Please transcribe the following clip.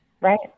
Right